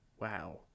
wow